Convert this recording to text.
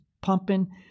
pumping